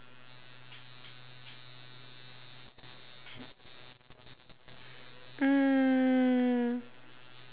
mm